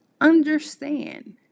understand